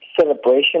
celebration